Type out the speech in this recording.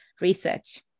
research